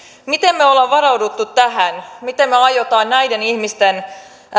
miten me olemme varautuneet tähän miten me aiomme näiden ihmisten